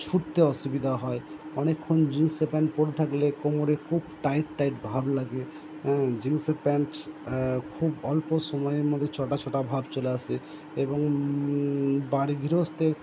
ছুটতে অসুবিদা হয় অনেকক্ষণ জিন্সের প্যান্ট পরে থাকলে কোমরে খুব টাইট টাইট ভাব লাগে এ জিন্সের প্যান্ট খুব অল্প সময়ের মধ্যে চটা চটা ভাব চলে আসে এবং বাড়ি গৃহস্থে